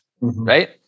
right